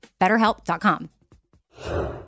BetterHelp.com